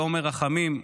לעומר רחמים,